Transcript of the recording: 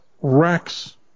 Rex